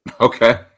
Okay